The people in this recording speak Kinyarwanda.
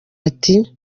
ati